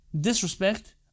disrespect